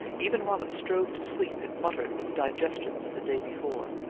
even while it strove to sleep it muttered with digestions of the day before,